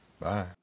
Bye